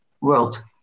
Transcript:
world